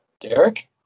Derek